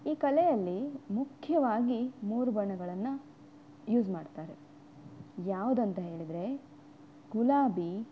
ಈ ಕಲೆಯಲ್ಲಿ ಮುಖ್ಯವಾಗಿ ಮೂರು ಬಣ್ಣಗಳನ್ನು ಯೂಸ್ ಮಾಡ್ತಾರೆ ಯಾವುದಂತ ಹೇಳಿದರೆ ಗುಲಾಬಿ